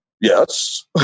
yes